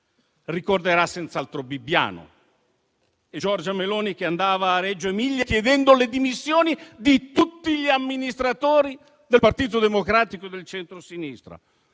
Ricorderà senz'altro Bibbiano e Giorgia Meloni che andava a Reggio Emilia chiedendo le dimissioni di tutti gli amministratori del Partito Democratico e del centrosinistra.